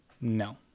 No